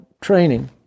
training